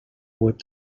web